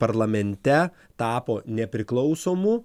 parlamente tapo nepriklausomu